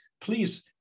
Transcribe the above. please